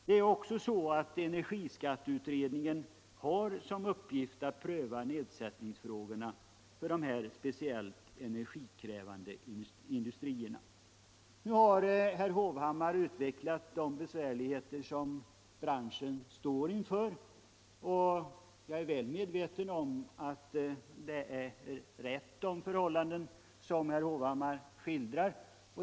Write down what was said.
Det är också så att energiskatteutredningen har i uppgift att pröva nedsättningsfrågorna för de speciellt energikrävande industrierna. Herr Hovhammar har nu utvecklat vilka besvärligheter branschen står inför. Jag är väl medveten om att herr Hovhammars skildring av förhållandena är riktig.